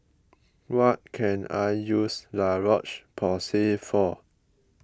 what can I use La Roche Porsay for